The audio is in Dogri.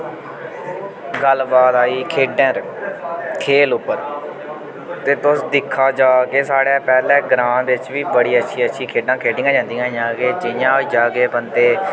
गल्लबात आई खेढै'र खेल उप्पर ते तुस दिक्खा जा के साढ़े पैह्लें ग्रांऽ बिच्च बी अच्छी अच्छी खेढां खेढियां जंंदियां हियां के जि'यां होई गेआ के बंदे